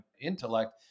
intellect